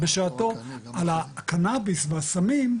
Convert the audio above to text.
על הקנאביס והסמים,